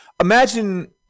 imagine